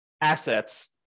assets